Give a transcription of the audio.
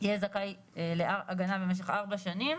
יהיה זכאי להגנה במשך ארבע שנים